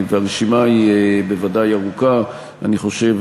והרשימה היא בוודאי ארוכה: אני חושב,